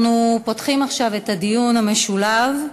אנחנו פותחים עכשיו את הדיון המשולב.